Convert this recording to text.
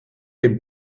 dem